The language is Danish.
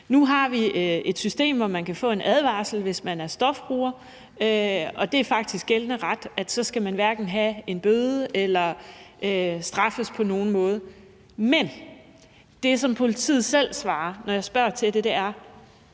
Nu har vi et system, hvor man kan få en advarsel, hvis man er stofbruger, og det er faktisk gældende ret, at man så hverken skal have en bøde eller straffes på nogen måde. Men det, som politiet selv svarer, når jeg spørger til det, er: